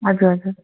हजुर हजुर